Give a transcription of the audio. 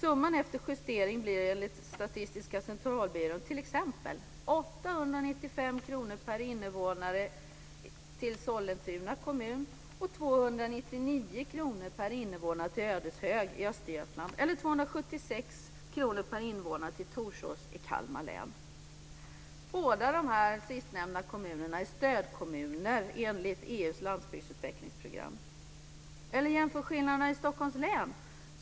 Summan efter justering blir enligt Statistiska Centralbyrån t.ex. 895 kr per innevånare till Sollentuna kommun, 299 kr per innevånare till Ödeshög i Östergötland och 276 kr per innevånare till Torsås i Kalmar län. Båda de sistnämnda kommunerna är stödkommuner enligt EU:s landsbygdsutvecklingsprogram. Eller jämför skillnaderna i Stockholms län!